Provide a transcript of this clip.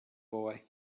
boy